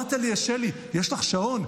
אמרת לשלי: יש לך שעון?